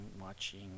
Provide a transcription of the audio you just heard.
watching